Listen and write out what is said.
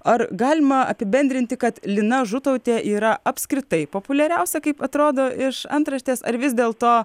ar galima apibendrinti kad lina žutautė yra apskritai populiariausia kaip atrodo iš antraštės ar vis dėlto